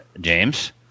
James